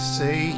say